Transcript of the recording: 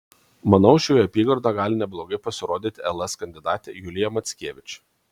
manau šioje apygardoje gali neblogai pasirodyti ls kandidatė julija mackevič